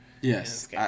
Yes